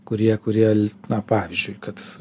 kurie kurie na pavyzdžiui kad